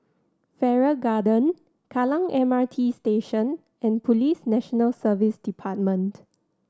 Farrer Garden Kallang M R T Station and Police National Service Department